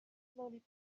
slowly